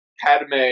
Padme